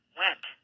went